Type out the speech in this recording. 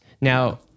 Now